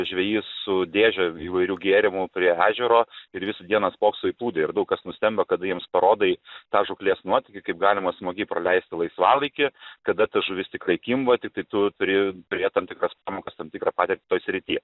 žvejys su dėže įvairių gėrimų prie ežero ir visą dieną spokso į plūdę ir daug kas nustemba kada jiems parodai tą žūklės nuotykį kaip galima smagiai praleisti laisvalaikį kada ta žuvis tikrai kimba tiktai tu turi turėt tam tikras pamokas tam tikrą patirtį toj srity